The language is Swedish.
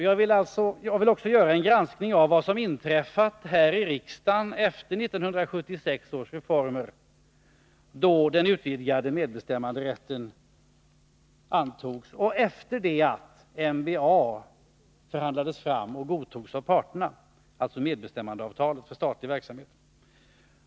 Jag vill också göra en granskning av vad som inträffat här i riksdagen efter 1976 års reform, då den utvidgade medbestämmanderätten antogs, och efter det att MBA förhandlades fram och godtogs av parterna — alltså medbestämmandeavtalet för statlig verksamhet.